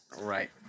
Right